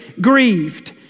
grieved